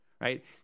right